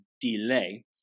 delay